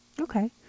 Okay